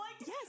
Yes